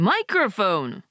Microphone